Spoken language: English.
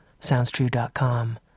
SoundsTrue.com